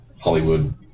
Hollywood